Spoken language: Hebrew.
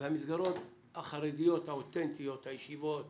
והמסגרות החרדיות האותנטיות, הישיבות